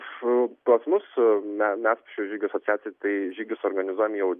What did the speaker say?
su pas mus mes šių žygių asociacija tai žygius organizuojam jau